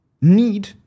need